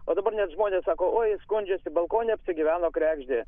o dabar net žmonės sako oi skundžiasi balkone apsigyveno kregždė